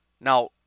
Now